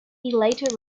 later